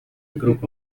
group